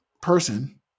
person